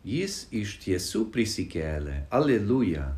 jis iš tiesų prisikėlė aleliuja